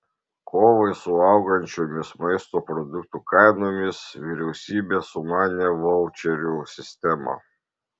kovai su augančiomis maisto produktų kainomis vyriausybė sumanė vaučerių sistemą